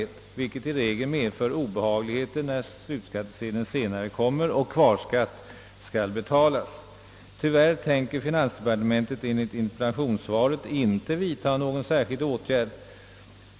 Ett för lågt skatteuttag i sådana fall medför ju en obehaglig överraskning när slutskattesedeln senare kommer och kvarskatt skall betalas. Tyvärr tänker finansdepartementet enligt interpellationssvaret inte vidtaga någon särskild åtgärd.